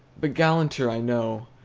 but gallanter, i know,